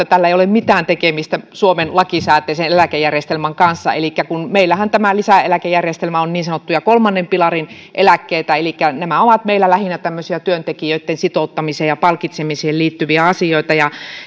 tällä ei ole mitään tekemistä suomen lakisääteisen eläkejärjestelmän kanssa kun meillähän tämä lisäeläkejärjestelmä on niin sanottuja kolmannen pilarin eläkkeitä elikkä nämä ovat meillä lähinnä tämmöisiä työntekijöitten sitouttamiseen ja palkitsemiseen liittyviä asioita